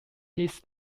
his